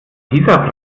dieser